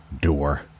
door